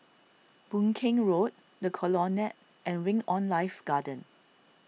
Boon Keng Road the Colonnade and Wing on Life Garden